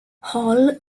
hall